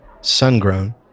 sun-grown